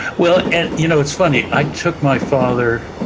well, and you know it's funny, i took my father,